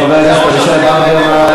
חבר הכנסת אבישי ברוורמן,